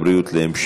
(מענק הסתגלות לנשים ששהו במקלט לנשים מוכות)